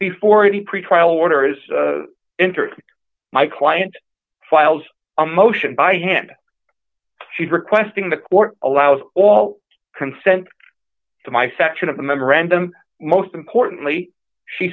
before any pretrial order is entered my client files a motion by hand she requesting the court allows all consent to my section of the memorandum most importantly she